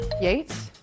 Yates